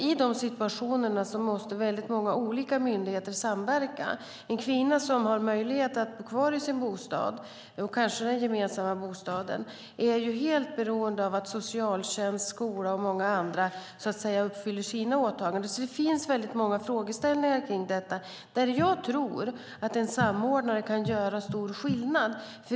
I de situationerna måste många olika myndigheter samverka. En kvinna som har möjlighet att bo kvar i sin bostad, kanske den gemensamma bostaden, är helt beroende av att socialtjänst, skola och andra uppfyller sina åtaganden. Det finns många frågeställningar kring detta. Där tror jag att en samordnare kan göra stor skillnad.